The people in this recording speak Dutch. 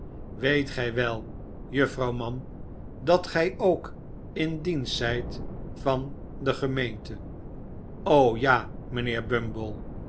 weet gij wel juffrouw mann dat gij ook in dienst zijt van de gemeente o ja mijnheer